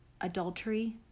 adultery